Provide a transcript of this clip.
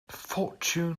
fortune